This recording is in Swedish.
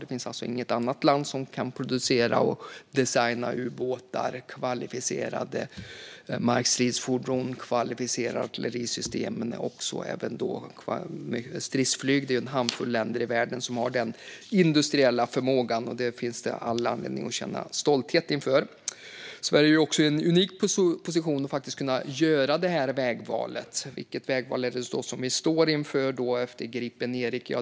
Det finns alltså inget annat land som kan producera och designa ubåtar, kvalificerade markstridsfordon och artillerisystem och dessutom stridsflyg. Det är en handfull länder i världen som har den industriella förmågan, och det finns det all anledning att känna stolthet över. Sverige är också i en unik position att faktiskt kunna göra detta vägval. Vilket vägval är det då vi står inför efter Gripen Erik?